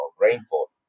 rainfall